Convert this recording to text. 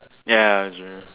ya